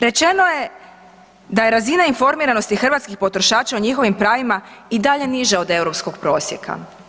Rečeno je da je razina informiranosti hrvatskih potrošača o njihovim pravima i dalje niža od europskog prosjeka.